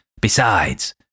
Besides